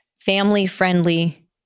family-friendly